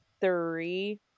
three